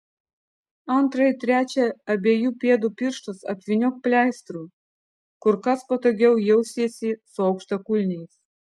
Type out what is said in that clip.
antrą ir trečią abiejų pėdų pirštus apvyniok pleistru kur kas patogiau jausiesi su aukštakulniais